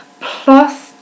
plus